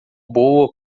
boa